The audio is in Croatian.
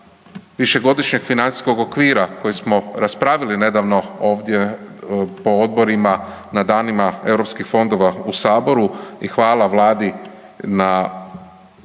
višegodišnjeg financijskog okvira koji smo raspravili nedavno ovdje po odborima na danima europskih fondova u saboru i hvala vladi na